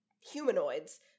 humanoids